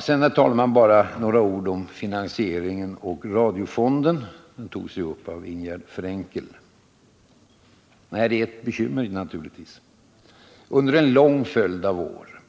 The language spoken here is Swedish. Sedan, herr talman, bara några ord om finansieringen och radiofonden, som också togs upp av Ingegärd Frenkel. Och det är naturligtvis ett bekymmer. Under en lång följd av år